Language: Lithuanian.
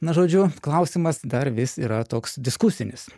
na žodžiu klausimas dar vis yra toks diskusinis